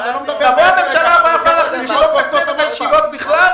אני מבקש שתסבירו לנו את שני החוקים